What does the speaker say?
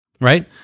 right